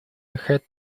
had